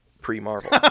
pre-Marvel